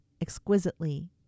exquisitely